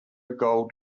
gold